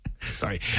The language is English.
sorry